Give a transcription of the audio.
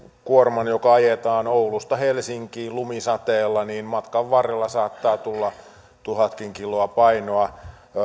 kuorman joka ajetaan oulusta helsinkiin lumisateella niin matkan varrella saattaa tulla tuhatkin kiloa ylimääräistä painoa